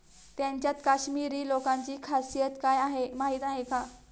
त्यांच्यात काश्मिरी लोकांची खासियत काय आहे माहीत आहे का?